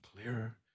clearer